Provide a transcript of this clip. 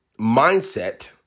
mindset